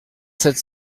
sept